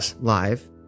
live